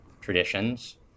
traditions